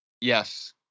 Yes